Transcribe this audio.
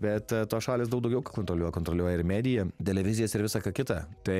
bet tos šalys daug daugiau kontroliuoja kontroliuoja ir mediją televizijas ir visą ką kitą tai